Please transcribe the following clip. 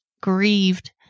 grieved